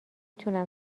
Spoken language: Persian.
تونم